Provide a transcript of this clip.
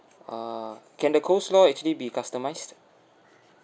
uh can the coleslaw actually be customized